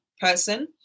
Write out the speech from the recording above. person